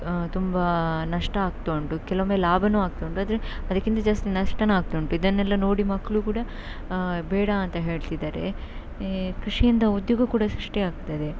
ತುಂಬ ನಷ್ಟ ಆಗ್ತಾ ಉಂಟು ಕೆಲೊಮ್ಮೆ ಲಾಭನು ಆಗ್ತಾ ಉಂಟು ಆದರೆ ಅದಕ್ಕಿಂತ ಜಾಸ್ತಿ ನಷ್ಟನೂ ಆಗ್ತಾ ಉಂಟು ಇದನ್ನೆಲ್ಲ ನೋಡಿ ಮಕ್ಕಳು ಕೂಡ ಬೇಡ ಅಂತ ಹೇಳ್ತಿದ್ದಾರೆ ಕೃಷಿಯಿಂದ ಉದ್ಯೋಗ ಕೂಡ ಸೃಷ್ಟಿಯಾಗ್ತದೆ